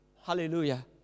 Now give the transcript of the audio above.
hallelujah